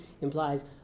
implies